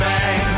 Bang